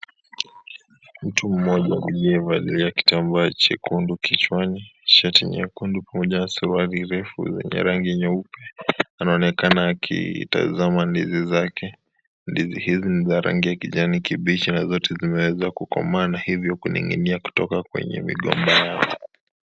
Mtu mmoja aliyevalia kitambaa chekundu kichwani, shati nyekundu pamoja na suruali ndefu zenye rangi nyeupe anaonekana akitazama ndizi zake. Ndizi hizi ni za rangi ya kijani kibichi na zote zimeweza kukomaa na hivyo kuning'inia kutoka kwenye migomba yao.